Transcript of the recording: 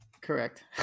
Correct